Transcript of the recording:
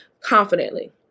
confidently